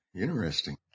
Interesting